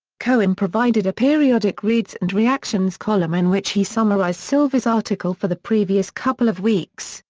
cohen provided a periodic reads and reactions column in which he summarized silver's article for the previous couple of weeks,